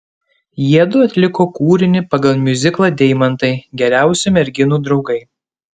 jiedu atliko kūrinį pagal miuziklą deimantai geriausi merginų draugai